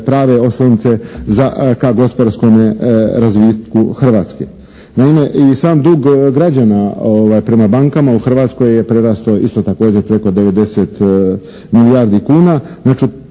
prave oslonce ka gospodarskome razvitku Hrvatske. Naime, i sam dug građana prema bankama u Hrvatskoj je prerastao isto također preko 90 milijardi kuna.